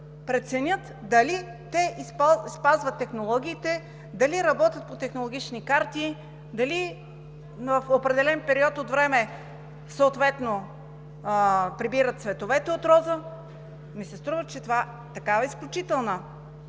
преценят дали те спазват технологиите, дали работят по технологични карти, дали в определен период от време съответно прибират цветовете от роза. Струва ми се, че от такава изключително